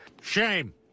Shame